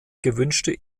gewünschte